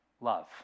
love